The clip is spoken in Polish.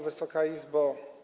Wysoka Izbo!